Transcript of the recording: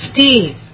Steve